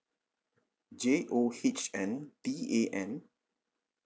j o h n t a n